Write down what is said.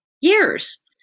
years